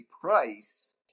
price